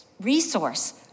resource